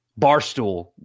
Barstool